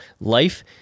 Life